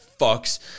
fucks